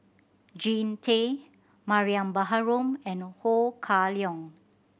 Jean Tay Mariam Baharom and Ho Kah Leong